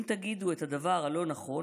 אם תגידו את הדבר הלא-נכון,